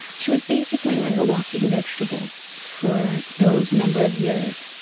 she was basically like a walking vegetable for those number of years.